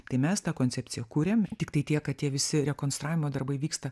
tai mes tą koncepciją kuriam tiktai tiek kad tie visi rekonstravimo darbai vyksta